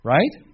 Right